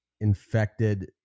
infected